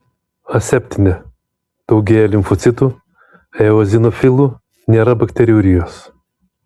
aseptinė daugėja limfocitų eozinofilų nėra bakteriurijos